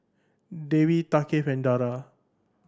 Dewi Thaqif and Dara